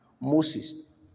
Moses